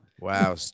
Wow